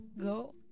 go